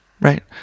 right